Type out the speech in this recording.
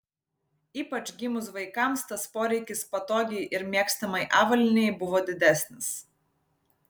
ypač gimus vaikams tas poreikis patogiai ir mėgstamai avalynei buvo didesnis